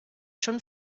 schon